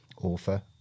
author